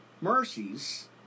mercies